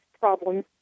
problems